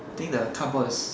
I think the cupboard is